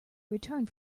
returned